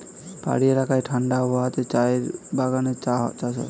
পাহাড়ি এলাকায় ঠাণ্ডা আবহাওয়াতে চায়ের বাগানে চা চাষ হয়